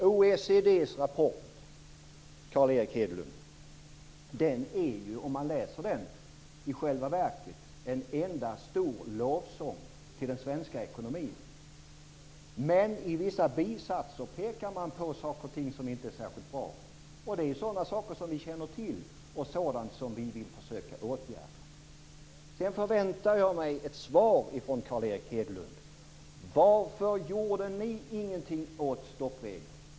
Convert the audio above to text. OECD:s rapport, Carl Erik Hedlund, är ju i själva verket en enda stor lovsång till den svenska ekonomin. I vissa bisatser pekar man dock på saker och ting som inte är särskilt bra, och det är sådana saker som vi känner till och vill försöka åtgärda. Sedan förväntar jag mig ett svar från Carl Erik Hedlund: Varför gjorde ni ingenting åt stoppreglerna?